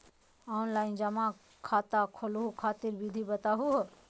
Online जमा खाता खोलहु खातिर विधि बताहु हो?